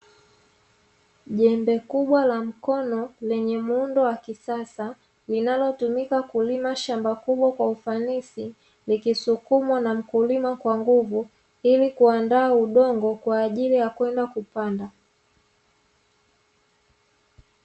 Jembe kubwa la mkono lenye muundo wa kisasa, linalotumika kulima shamba kubwa kwa ufanisi, likisukumwa na mkulima kwa nguvu ili kuandaa udongo kwa ajili ya kwenda kupanda.